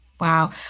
Wow